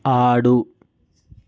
ఆడు